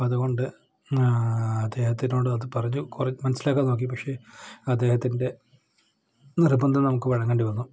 അതുകൊണ്ട് അദ്ദേഹത്തിനോട് അത് പറഞ്ഞു കുറേ മനസ്സിലാക്കാൻ നോക്കി പക്ഷേ അദ്ദേഹത്തിൻ്റെ നിർബന്ധം നമുക്ക് വഴങ്ങേണ്ടി വന്നു